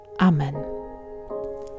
amen